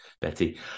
Betty